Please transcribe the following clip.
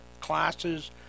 classes